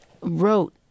wrote